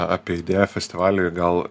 apie idėją festivaliui gal